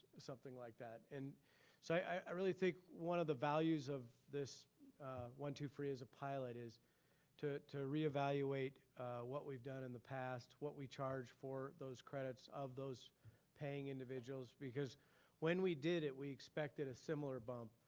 something like that. and so i really think one of the values of this one-two-free as a pilot is to to reevaluate what we've done in the past, what we charge for those credits of those paying individuals, because when we did it, we expected a similar bump.